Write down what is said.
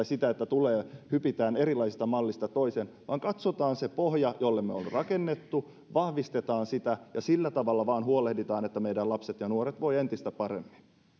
sitä että hypitään erilaisista malleista toiseen vaan katsotaan se pohja jolle me olemme rakentaneet vahvistetaan sitä ja sillä tavalla huolehditaan että meidän lapset ja nuoret voivat entistä paremmin